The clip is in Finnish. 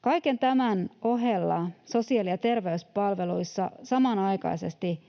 Kaiken tämän ohella sosiaali- ja terveyspalveluissa samanaikaisesti